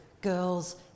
girls